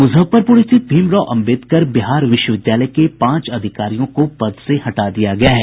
मुजफ्फरपुर स्थित भीमराव अम्बेडकर बिहार विश्वविद्यालय के पांच अधिकारियों को पद से हटा दिया गया है